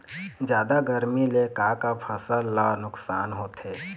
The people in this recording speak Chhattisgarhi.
जादा गरमी ले का का फसल ला नुकसान होथे?